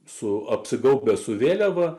su apsigaubęs vėliava